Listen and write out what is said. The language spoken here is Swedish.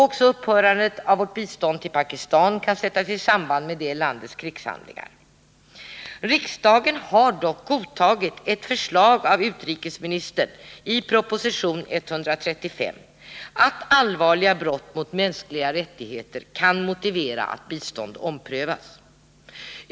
Också upphörandet av vårt bistånd till Pakistan kan sättas i samband med det landets krigshandlingar. Riksdagen har dock godtagit ett förslag av utrikesministern i proposition 135 om att allvarliga brott mot mänskliga rättigheter kan motivera att bistånd omprövas.